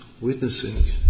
witnessing